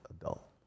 adult